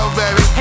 baby